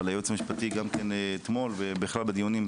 אבל היועץ המשפטי אתמול ובכלל בדיונים,